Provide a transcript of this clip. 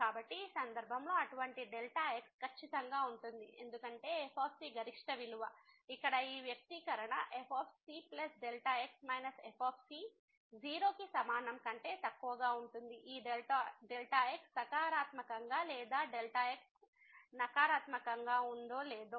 కాబట్టి ఈ సందర్భంలో అటువంటి x ఖచ్చితంగా ఉంటుంది ఎందుకంటే f c గరిష్ట విలువ ఇక్కడ ఈ వ్యక్తీకరణ f cx f 0 కి సమానం కంటే తక్కువగా ఉంటుంది ఈ x సకారాత్మకంగా లేదా xనకారాత్మకం గా ఉందొ లేదో